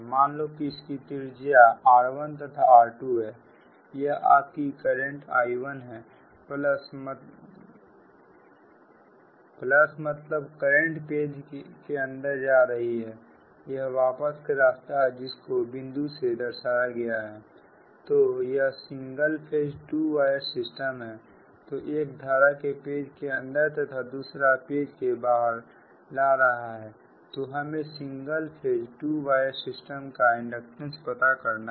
मान लो कि इसकी त्रिज्या r1 तथा r2 है यह आपकी करंट I1 है प्लस मतलब करंट पेज के अंदर जा रही है यह वापस का रास्ता है जिसको बिंदु से दर्शाया गया है तो यह single phase two wire system है तो एक धारा को पेज के अंदर तथा दूसरा पेज के बाहर ला रहा है तो हमें single phase two wire system का इंडक्टेंस पता करना है